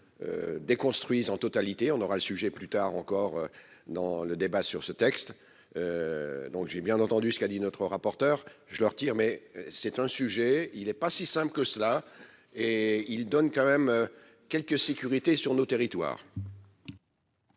déconstruisent en totalité, on aura le sujet plus tard encore dans le débat sur ce texte, donc j'ai bien entendu ce qu'a dit notre rapporteur, je leur tire, mais c'est un sujet, il est pas si simple que cela, et il donne quand même quelques sécurité sur nos territoires.